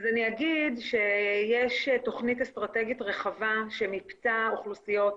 אני אגיד שיש תכנית אסטרטגית רחבה שמיפתה אוכלוסיות,